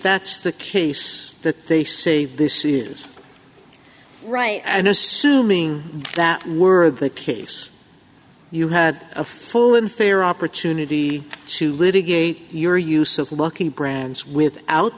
that's the case that they say this is right and assuming that were the case you had a full and fair opportunity to litigate your use of lucky brands without